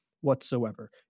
whatsoever